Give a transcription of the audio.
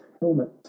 helmet